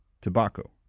Tobacco